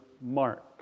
Mark